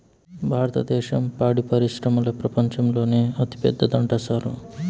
భారద్దేశం పాడి పరిశ్రమల ప్రపంచంలోనే అతిపెద్దదంట సారూ